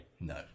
No